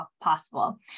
possible